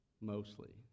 Mostly